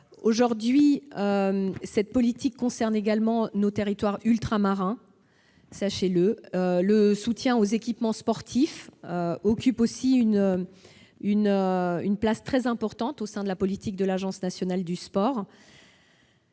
que cela ! Cette politique concerne aussi nos territoires ultramarins. Le soutien aux équipements sportifs occupe également une place très importante au sein de la politique de l'Agence nationale du sport.